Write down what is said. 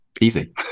easy